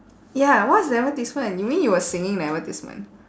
ya what's the advertisement you mean you were singing the advertisement